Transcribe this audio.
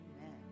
Amen